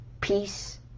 Peace